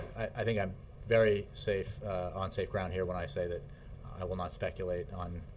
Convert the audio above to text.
i think i'm very safe on safe ground here when i say that i will not speculate on